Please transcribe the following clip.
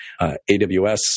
AWS